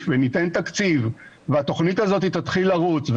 וניתן תקציב והתוכנית הזאת תתחיל לרוץ,